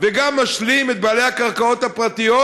וגם משלים את בעלי הקרקעות הפרטיות,